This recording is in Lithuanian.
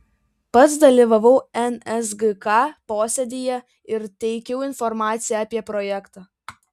pats dalyvavau nsgk posėdyje ir teikiau informaciją apie projektą